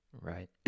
right